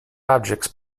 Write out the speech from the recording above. objects